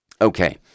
okay